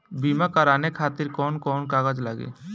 बीमा कराने खातिर कौन कौन कागज लागी?